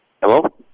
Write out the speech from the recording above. Hello